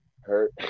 hurt